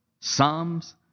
Psalms